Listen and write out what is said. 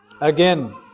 Again